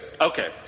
Okay